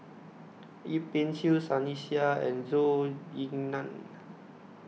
Yip Pin Xiu Sunny Sia and Zhou Ying NAN